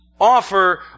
offer